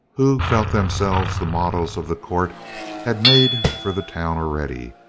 who felt themselves the models of the court had made for the town already,